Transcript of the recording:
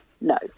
no